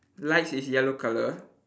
lights is yellow colour